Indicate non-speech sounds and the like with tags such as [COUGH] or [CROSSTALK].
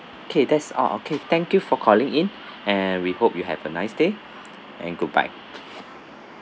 okay that's all okay thank you for calling in and we hope you have a nice day [NOISE] and goodbye